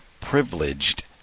privileged